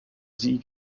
sie